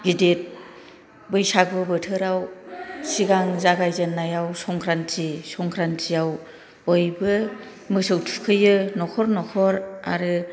बैसागु बोथोराव सिगां जागायजेन्नायाव संक्रान्ति संक्रानतिआव बयबो मोसौ थुखैयो नखर नखर आरो